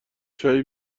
چایی